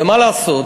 ומה לעשות,